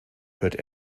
hört